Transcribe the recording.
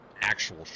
actual